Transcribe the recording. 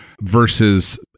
versus